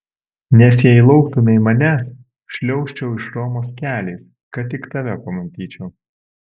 nes jei lauktumei manęs šliaužčiau iš romos keliais kad tik tave pamatyčiau